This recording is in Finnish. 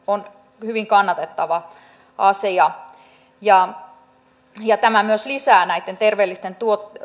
on hyvin kannatettava asia tämä myös lisää näitten terveellisten